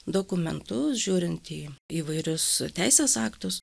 dokumentus žiūrint į įvairius teisės aktus